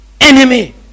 enemy